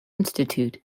institute